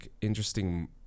interesting